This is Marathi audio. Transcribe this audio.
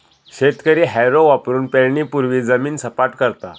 शेतकरी हॅरो वापरुन पेरणीपूर्वी जमीन सपाट करता